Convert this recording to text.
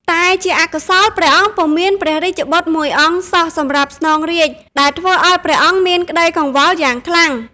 តែជាអកុសល ព្រះអង្គពុំមានព្រះរាជបុត្រមួយអង្គសោះសម្រាប់ស្នងរាជ្យ ដែលធ្វើឱ្យព្រះអង្គមានក្តីកង្វល់យ៉ាងខ្លាំង។